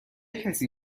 کسی